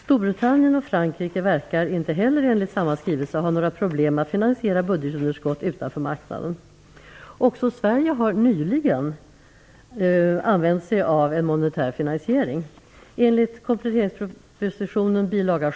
Storbritannien och Frankrike verkar inte heller, enligt samma skrivelse, ha några problem att finansiera budgetunderskott utanför marknaden. Också Sverige har nyligen använt sig av en monetär finansiering. Enligt kompletteringspropositionen bil.